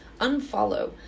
Unfollow